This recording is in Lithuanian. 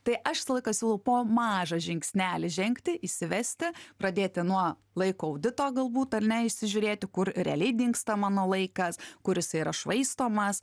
tai aš visą laiką siūlau po mažą žingsnelį žengti įsivesti pradėti nuo laiko audito galbūt ar ne įsižiūrėti kur realiai dingsta mano laikas kur jisai yra švaistomas